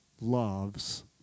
loves